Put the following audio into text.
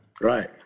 Right